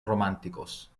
románticos